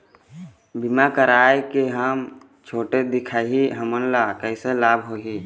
बीमा कराए के हम छोटे दिखाही हमन ला कैसे लाभ होही?